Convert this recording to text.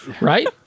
right